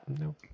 No